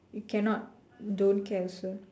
it cannot don't care also